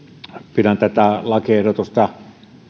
pidän tätä lakiehdotusta